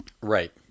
right